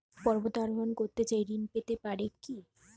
পর্বত আরোহণ করতে চাই ঋণ পেতে পারে কি?